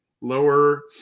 lower –